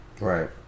Right